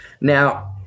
now